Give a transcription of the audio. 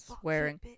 swearing